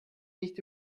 nicht